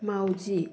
माउजि